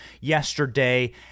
yesterday